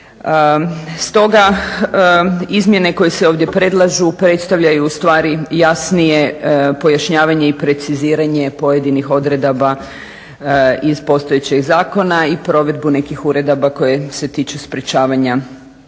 Stoga izmjene koje se ovdje predlažu predstavljaju ustvari jasnije pojašnjavanje i preciziranje pojedinih odredaba iz postojećeg zakona i provedbu nekih uredaba koje se tiču sprečavanja